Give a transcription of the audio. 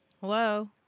Hello